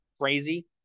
crazy